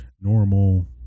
normal